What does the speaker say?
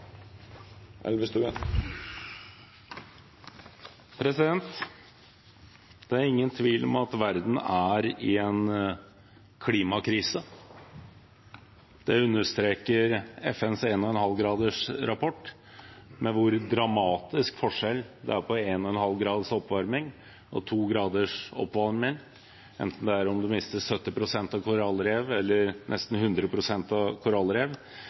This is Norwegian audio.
Det er ingen tvil om at verden er i en klimakrise. Det understreker FNs 1,5-gradersrapport, med hvor dramatisk forskjell det er på 1,5 graders oppvarming og 2 graders oppvarming, om man mister 70 pst. av korallrev eller nesten 100 pst. av